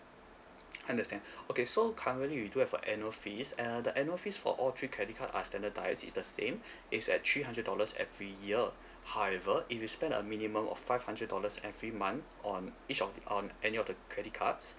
understand okay so currently we do have a annual fees uh the annual fees for all three credit card are standardized is the same it's at three hundred dollars every year however if you spend a minimum of five hundred dollars every month on each of on any of the credit cards